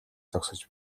зогсож